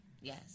Yes